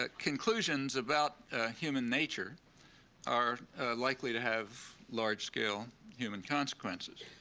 ah conclusions about human nature are likely to have large scale human consequences,